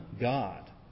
God